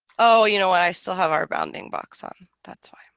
oh you know what i still have our bounding box on that's why